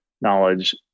knowledge